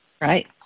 right